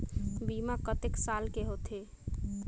बीमा कतेक साल के होथे?